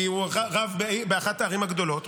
כי הוא רב באחת הערים הגדולות,